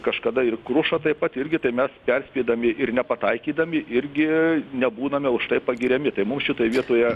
kažkada ir kruša taip pat irgi tai mes perspėdami ir nepataikydami irgi nebūname už tai pagiriami tai mums šitoj vietoje